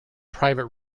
private